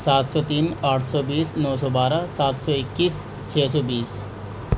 سات سو تین آٹھ سو بیس نو سو بارہ سات سو اکیس چھ سو بیس